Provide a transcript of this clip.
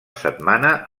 setmana